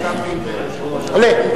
אני סיכמתי את זה עם יושב-ראש הקואליציה,